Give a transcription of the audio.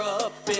up